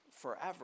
forever